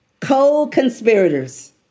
Co-conspirators